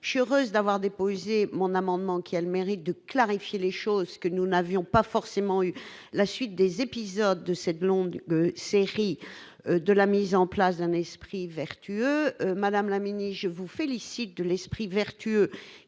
je suis heureuse d'avoir déposé mon amendement qui a le mérite de clarifier les choses, que nous n'avions pas forcément eu la suite des épisodes de cette longue série de la mise en place d'un esprit vertueuse madame la Mini, je vous félicite de l'esprit vertueux